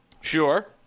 sure